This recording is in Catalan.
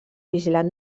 vigilant